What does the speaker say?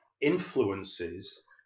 influences